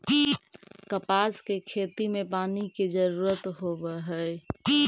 कपास के खेती में पानी के जरूरत होवऽ हई